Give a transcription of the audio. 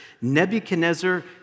Nebuchadnezzar